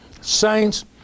Saints